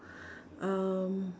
um